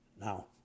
Now